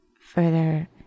further